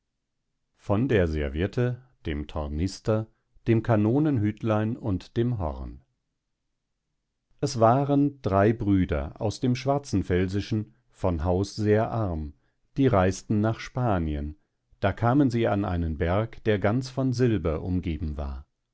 von der serviette dem tornister dem kanonenhütlein und dem horn es waren drei brüder aus dem schwarzenfelsischen von haus sehr arm die reisten nach spanien da kamen sie an einen berg der ganz von silber umgeben war